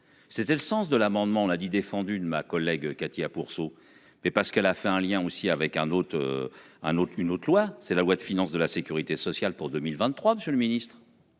C'était le sens de l'amendement là dit défendu de ma collègue Katia pour pourceaux mais parce qu'elle a fait un lien aussi avec un autre. Un autre, une autre loi c'est la loi de finances de la Sécurité sociale pour 2023. Monsieur le Ministre.--